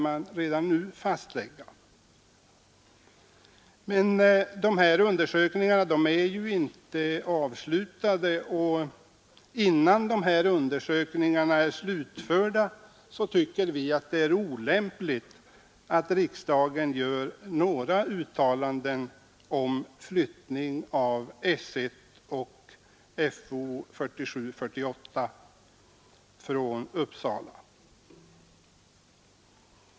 Men dessa undersökningar är inte avslutade, och innan de är slutförda tycker vi att det är olämpligt att riksdagen gör några uttalanden om flyttning av § 1 och Fo 47/48 från Uppsala.